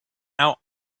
out